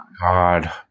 God